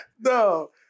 No